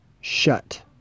shut